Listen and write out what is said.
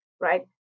right